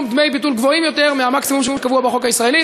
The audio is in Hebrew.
דמי ביטול גבוהים יותר מהמקסימום שקבוע בחוק הישראלי.